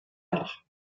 nach